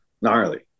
gnarly